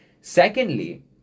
Secondly